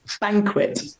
Banquet